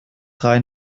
rein